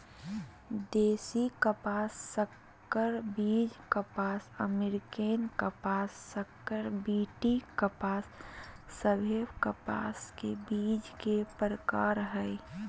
देशी कपास, संकर बीज कपास, अमेरिकन कपास, संकर बी.टी कपास सभे कपास के बीज के प्रकार हय